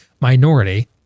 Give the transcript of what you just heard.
minority